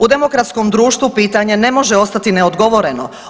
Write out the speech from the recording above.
U demokratskom društvu pitanje ne može ostati neodgovoreno.